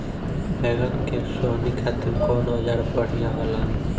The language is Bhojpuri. बैगन के सोहनी खातिर कौन औजार बढ़िया होला?